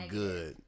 good